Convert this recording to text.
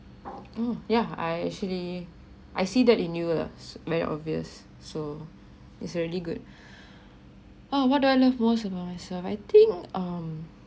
mm yeah I actually I see that in you lah very obvious so it's really good oh what do I love most about myself I think um